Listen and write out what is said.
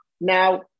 Now